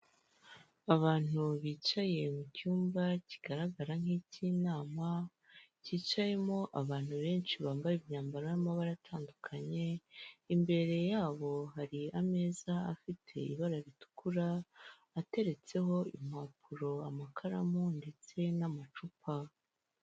Abantu bicaye mucyumba kigaragara nk'icy'inama cyicayemo abantu benshi bambaye imyambaro y'amabara atandukanye imbere yabo hari ameza afite ibara ritukura ateretseho impapuro, amakaramu ndetse n'amacupa.